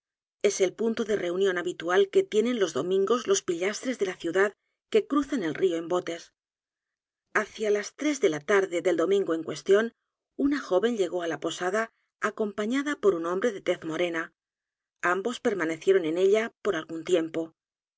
es el punto de reunión habitual que tienen los domingos los pillastres de la ciudad que cruzan el río en botes hacia las t r e s de la tarde del domingo en cuestión una joven llegó á la posada acompañada por un hombre de tez morena ambos permanecieron en ella por algún tiempo